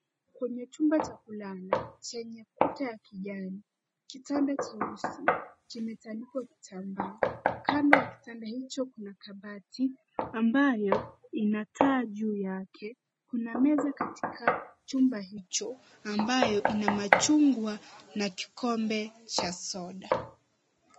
Kwenye chumba cha kulala chenye kuta ya kijani, kitanda cheusi kiimetandikwa kitambaa . Kando ya kitanda hicho kuna kabati ambayo ina taa juu yake. Kuna meza katika chumba hicho ambayo ina machungwa na kikombe cha soda.